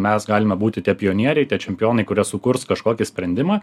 mes galime būti tie pionieriai čempionai kurie sukurs kažkokį sprendimą